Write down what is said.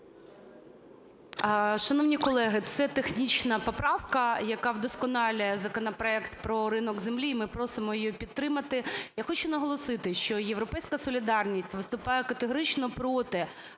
Шановні колеги, це технічна поправка, яка вдосконалює законопроект про ринок землі, і ми просимо її підтримати. Я хочу наголосити, що "Європейська солідарність" виступає категорично проти